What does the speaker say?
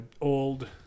old